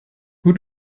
who